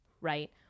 right